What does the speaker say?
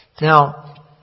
Now